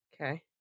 Okay